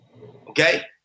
okay